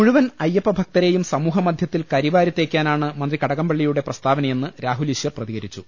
മുഴു വൻ അയ്യപ്പ ഭക്ത രെയും സമൂഹ മധ്യ ത്തിൽ കരിവാരിത്തേക്കാനാണ് മന്ത്രി കടകംപള്ളിയുടെ പ്രസ്താവന യെന്ന് രാഹുൽ ഈശ്വർ പ്രതികരിച്ചു